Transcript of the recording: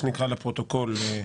לפרוטוקול,